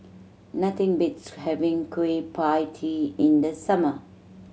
nothing beats having Kueh Pie Tee in the summer